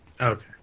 Okay